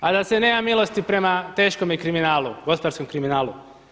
A da se nema milosti prema teškome kriminalu, gospodarskom kriminalu.